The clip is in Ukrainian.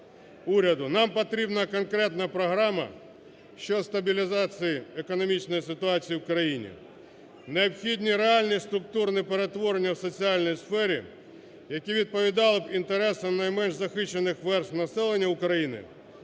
Нам потрібна конкретна програма щодо стабілізації економічної ситуації в країні. Необхідні реальні структурні перетворення в соціальній сфері, які відповідали б інтересам найменш захищених верств населення України,